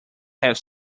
have